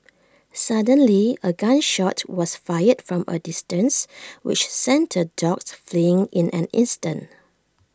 suddenly A gun shot was fired from A distance which sent the dogs fleeing in an instant